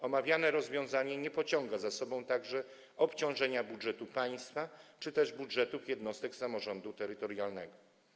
Omawiane rozwiązanie nie pociąga za sobą także obciążenia budżetu państwa czy też budżetów jednostek samorządu terytorialnego.